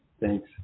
Thanks